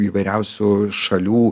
įvairiausių šalių